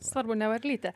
svarbu ne varlytė